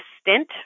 stint